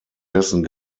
dessen